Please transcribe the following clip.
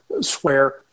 swear